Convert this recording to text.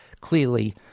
clearly